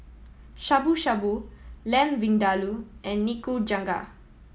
Shabu Shabu Lamb Vindaloo and Nikujaga